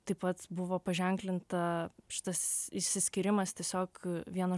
taip pat buvo paženklinta šitas išsiskyrimas tiesiog vieno